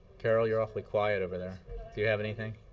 carol, you're awfully quiet over there. do you have anything?